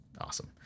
awesome